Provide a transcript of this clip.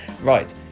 right